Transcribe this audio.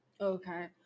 Okay